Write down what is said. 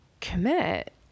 commit